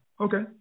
Okay